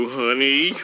honey